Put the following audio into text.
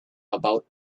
about